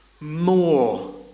more